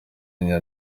nina